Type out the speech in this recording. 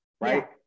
Right